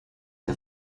der